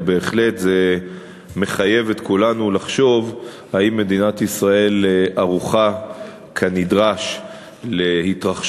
וזה בהחלט מחייב את כולנו לחשוב אם מדינת ישראל ערוכה כנדרש להתרחשותה,